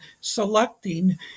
selecting